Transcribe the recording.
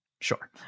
sure